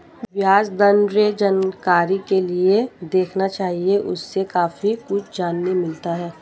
ब्याज दरें जानकारी के लिए देखना चाहिए, उससे काफी कुछ जानने मिलता है